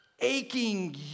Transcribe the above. aching